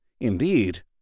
Indeed